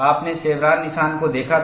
आपने शेवरॉन निशान को देखा था